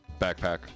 Backpack